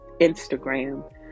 Instagram